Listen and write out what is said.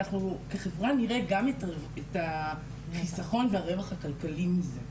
אנחנו כחברה נראה גם את החיסכון והרווח הכלכלי מזה.